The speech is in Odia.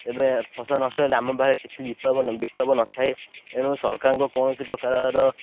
ଏବେ ଫସଲ ନଷ୍ଟ ହେଲେ ଆମ ପାଖରେ କିଛି ବିକଳ୍ପ ବିକଳ୍ପ ନଥାଏ ଏଣୁ ସରକାରଙ୍କ କୌଣସି ପ୍ରକାରର